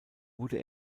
wurde